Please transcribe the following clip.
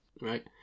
right